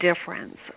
difference